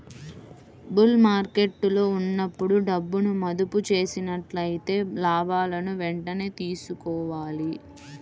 bull మార్కెట్టులో ఉన్నప్పుడు డబ్బును మదుపు చేసినట్లయితే లాభాలను వెంటనే తీసుకోవాలి